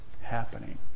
happening